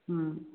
हूँ